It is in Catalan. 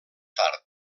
tard